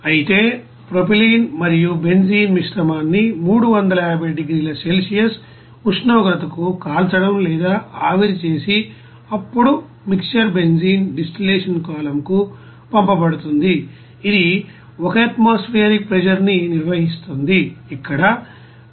అయితే ప్రొపైలిన్ మరియు బెంజీన్ మిశ్రమాన్ని 350 డిగ్రీల సెల్సియస్ ఉష్ణోగ్రతకు కాల్చడం లేదా ఆవిరి చేసి అప్పుడు మిక్సర్ బెంజీన్ డిస్టిల్లషన్ కాలమ్కు పంపబడుతుంది ఇది 1 ఆత్మోసుఫెరిక్ ప్రెషర్ న్ని నిర్వహిస్తుంది ఇక్కడ 98